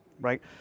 right